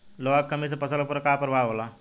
लोहा के कमी से फसल पर का प्रभाव होला?